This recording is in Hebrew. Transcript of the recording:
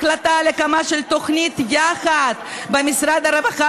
החלטה על הקמה של תוכנית "יחד" במשרד הרווחה,